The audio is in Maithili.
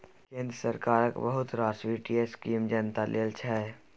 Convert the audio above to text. केंद्र सरकारक बहुत रास बित्तीय स्कीम जनता लेल छै